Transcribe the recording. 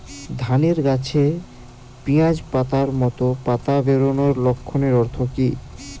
ধানের গাছে পিয়াজ পাতার মতো পাতা বেরোনোর লক্ষণের অর্থ কী?